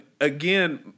again